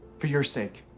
for your sake.